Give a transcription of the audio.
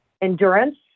endurance